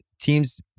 teams